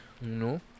No